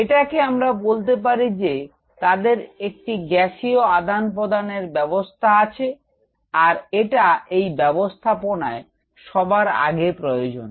এতাকে আমরা বলতে পারি যে তাদের একটি গ্যাসীয় আদান প্রদানের ব্যাবস্থা আছে আর এটা এই ব্যাবস্থাপনায় সবার আগে প্রয়োজন